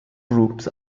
groups